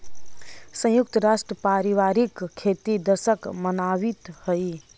संयुक्त राष्ट्र पारिवारिक खेती दशक मनावित हइ